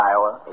Iowa